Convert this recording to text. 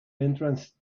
entrance